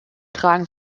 tragen